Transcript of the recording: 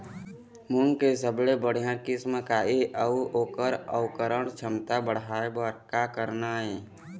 मूंग के सबले बढ़िया किस्म का ये अऊ ओकर अंकुरण क्षमता बढ़ाये बर का करना ये?